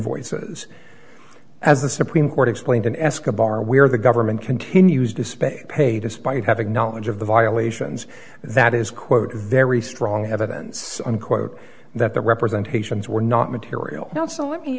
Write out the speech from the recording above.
invoices as the supreme court explained in escobar where the government continues to spend pay despite having knowledge of the violations that is quote very strong evidence unquote that the representations were not material not so let me